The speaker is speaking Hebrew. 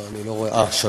אני לא רואה, אני פה.